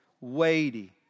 weighty